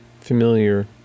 familiar